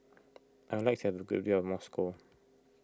I would like to have a good view of Moscow